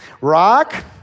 Rock